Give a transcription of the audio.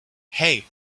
hey